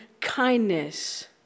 kindness